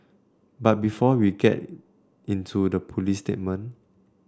but before we get into the police statement